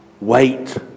wait